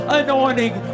anointing